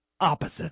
opposite